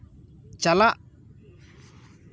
ᱪᱟᱞᱟᱜ